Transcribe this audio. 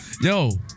Yo